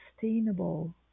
sustainable